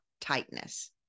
tightness